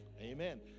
amen